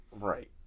right